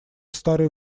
старый